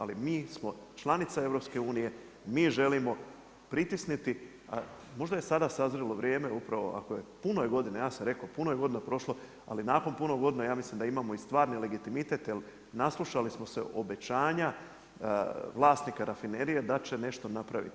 Ali mi smo članica EU, mi želimo pritisniti, a možda je sada sazrjelo vrijeme upravo ako je puno godina, ja sam rekao puno je godina prošlo ali nakon puno godina ja mislim da imamo i stvari legitimitet jer naslušali smo se obećanja vlasnika rafinerije da će nešto napraviti.